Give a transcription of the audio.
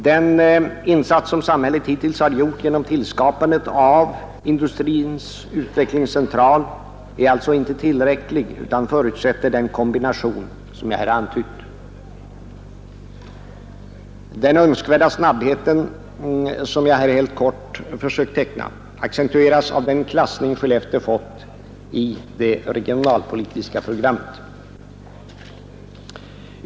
Den insats som samhället hittills har gjort genom tillskapandet av Industrins utvecklingscentral är alltså inte tillräcklig; den kombination som jag här har antytt är nödvändig. Önskvärdheten av snabbhet — som jag här helt kort försökt teckna — accentueras av den klassning Skellefteå fått i det regionalpolitiska förslaget.